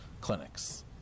clinics